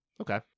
Okay